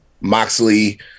Moxley